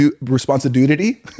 responsibility